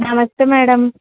నమస్తే మేడం